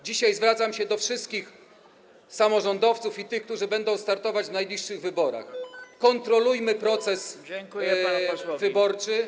Dzisiaj zwracam się do wszystkich samorządowców i tych, którzy będą startować w najbliższych wyborach: kontrolujmy proces wyborczy.